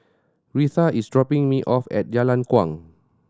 Retha is dropping me off at Jalan Kuang